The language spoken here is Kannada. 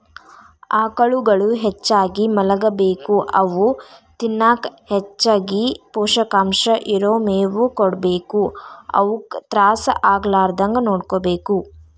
ಆಕಳುಗಳು ಹೆಚ್ಚಾಗಿ ಮಲಗಬೇಕು ಅವು ತಿನ್ನಕ ಹೆಚ್ಚಗಿ ಪೋಷಕಾಂಶ ಇರೋ ಮೇವು ಕೊಡಬೇಕು ಅವುಕ ತ್ರಾಸ ಆಗಲಾರದಂಗ ನೋಡ್ಕೋಬೇಕು